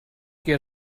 que